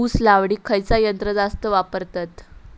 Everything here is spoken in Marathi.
ऊस लावडीक खयचा यंत्र जास्त वापरतत?